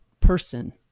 person